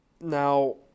Now